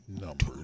Number